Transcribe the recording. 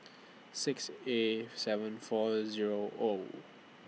six A seven four Zero O